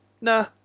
nah